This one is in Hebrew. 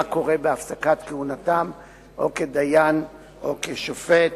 מה קורה בהפסקת כהונתם או כדיין או כשופט